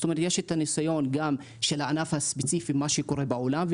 זאת אומרת יש את הניסיון גם של הענף הספציפי מה שקורה בעולם,